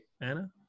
Anna